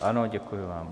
Ano, děkuji vám.